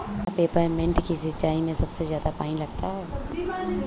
क्या पेपरमिंट की सिंचाई में सबसे ज्यादा पानी लगता है?